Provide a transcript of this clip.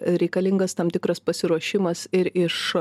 reikalingas tam tikras pasiruošimas ir iš